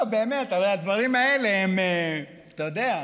באמת, הרי הדברים האלה, אתה יודע,